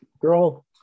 Girl